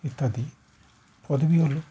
ইত্যাদি পদবী হলো